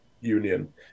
union